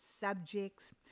subjects